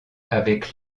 avec